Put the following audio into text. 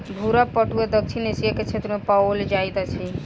भूरा पटुआ दक्षिण एशिया के क्षेत्र में पाओल जाइत अछि